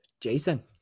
Jason